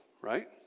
right